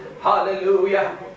hallelujah